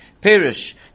Perish